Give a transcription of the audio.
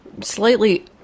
slightly